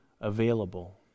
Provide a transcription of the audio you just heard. available